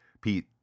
Pete